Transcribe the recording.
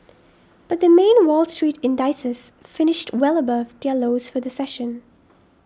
but the main Wall Street indices finished well above their lows for the session